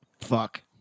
Fuck